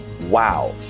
wow